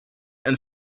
and